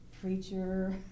preacher